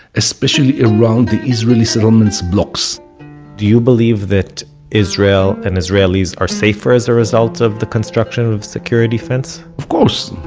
especially around the israeli settlements blocks do you believe that israel and israelis are safer as a result of the construction of the security fence? of course.